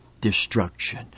destruction